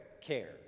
care